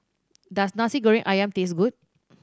does Nasi Goreng Ayam taste good